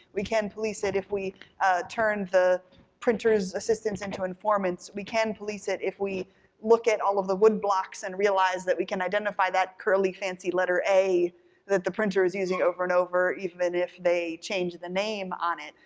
we can police it if we turn the printers assistants into informants. we can police it if we look at all of the wood blocks and realize that we can identify that curly fancy letter a that the printer is using over and over even if they change the name on it,